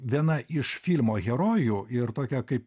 viena iš filmo herojų ir tokia kaip